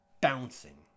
bouncing